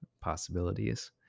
possibilities